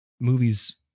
movies